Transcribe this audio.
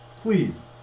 Please